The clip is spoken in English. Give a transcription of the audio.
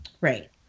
Right